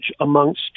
amongst